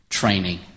Training